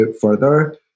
further